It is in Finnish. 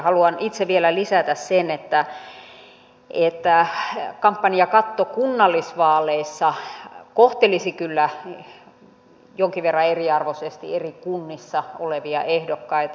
haluan itse vielä lisätä sen että kampanjakatto kunnallisvaaleissa kohtelisi kyllä jonkin verran eriarvoisesti eri kunnissa olevia ehdokkaita